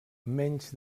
menys